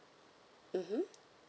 mmhmm